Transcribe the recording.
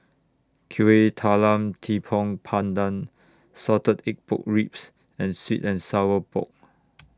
Kuih Talam Tepong Pandan Salted Egg Pork Ribs and Sweet and Sour Pork